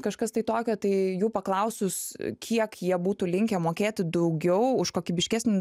kažkas tai tokio tai jų paklausus kiek jie būtų linkę mokėti daugiau už kokybiškesnį